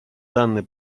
данный